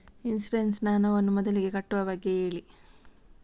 insurance ನ ಹಣವನ್ನು ಮೊದಲಿಗೆ ಕಟ್ಟುವ ಬಗ್ಗೆ ಹೇಳಿ